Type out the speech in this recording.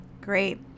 Great